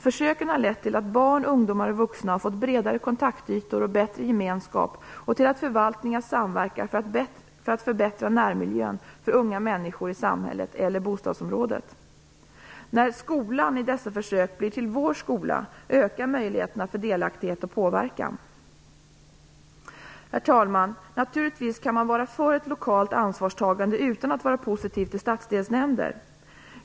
Försöken har lett till att barn, ungdomar och vuxna har fått bredare kontaktytor och bättre gemenskap och till att förvaltningar samverkar för att förbättra närmiljön för unga människor i samhället eller bostadsområdet. När "skolan" i dessa försök blir till "vår skola" ökar möjligheterna för delaktighet och påverkan. Herr talman! Naturligtvis kan man vara för ett lokalt ansvarstagande utan att vara positiv till stadsdelsnämnder.